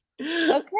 okay